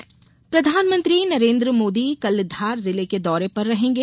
मोदी दौरा प्रधानमंत्री नरेंद्र मोदी कल धार जिले के दौरे पर रहेंगे